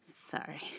sorry